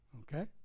Okay